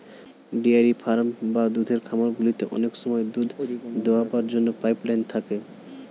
dairy farm বা দুধের খামারগুলিতে অনেক সময় দুধ দোয়াবার জন্য পাইপ লাইন থাকে